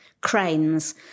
cranes